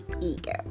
ego